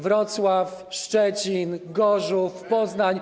Wrocław, Szczecin, Gorzów, Poznań?